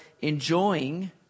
enjoying